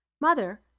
Mother